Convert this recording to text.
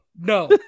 no